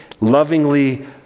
lovingly